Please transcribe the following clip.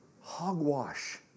hogwash